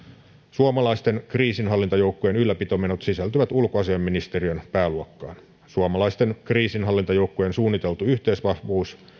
suomalaisten kriisinhallintajoukkojen ylläpitomenot sisältyvät ulkoasiainministeriön pääluokkaan suomalaisten kriisinhallintajoukkojen suunniteltu yhteisvahvuus